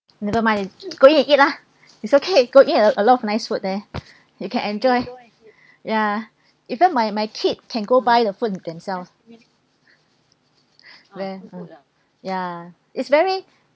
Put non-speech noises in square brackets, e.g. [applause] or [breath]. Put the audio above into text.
never mind go in and eat lah [breath] it's okay go in a a lot of nice food there [breath] you can enjoy [breath] ya even my my kid can go buy the food themselves [breath] there mm ya it's very